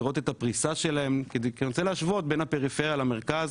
לראות את הפריסה שלהם כי אני רוצה להשוות בין הפריפריה למרכז.